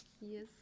Yes